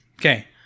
Okay